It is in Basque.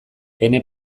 ene